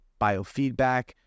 biofeedback